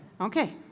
Okay